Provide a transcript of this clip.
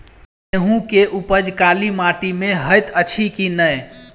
गेंहूँ केँ उपज काली माटि मे हएत अछि की नै?